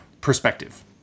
perspective